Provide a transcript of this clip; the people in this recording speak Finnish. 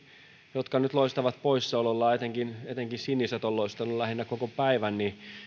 jotka nyt loistavat poissaolollaan etenkin etenkin siniset ovat loistaneet lähinnä koko päivän